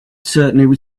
certainly